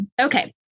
okay